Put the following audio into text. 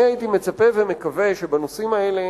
אני הייתי מצפה ומקווה שבנושאים האלה